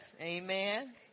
amen